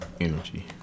energy